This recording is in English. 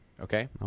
Okay